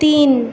তিন